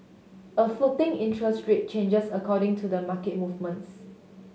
a floating interest rate changes according to the market movements